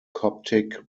coptic